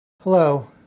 Hello